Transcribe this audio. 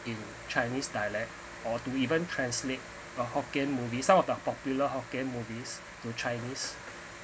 in chinese dialect or to even translate a hokkien movies some of the popular hokkien movies to chinese